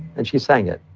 and she sang it